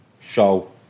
show